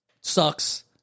sucks